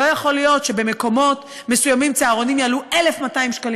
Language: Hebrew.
לא יכול להיות שבמקומות מסוימים צהרונים יעלו 1,200 שקלים